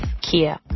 Kia